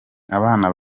abana